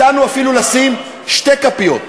הצענו אפילו לשים שתי כפיות: